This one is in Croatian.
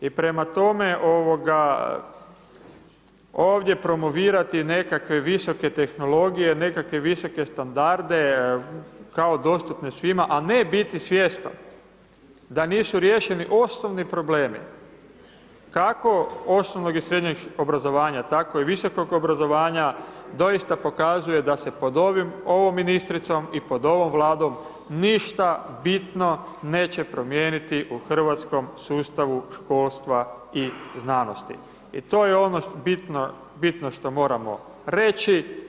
I prema tome, ovdje promovirati nekakve visoke tehnologije, nekakve visoke standarde kao dostupne svima a ne biti svjestan da nisu riješeni osnovni problemi kako osnovnog i srednjeg obrazovanja tako i visoko obrazovanja, doista pokazuje da se pod ovom ministricom i pod ovom Vladom ništa bitno neće promijeniti u hrvatskom sustavu školstva i znanosti i to je ono bitno što moramo reći.